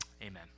amen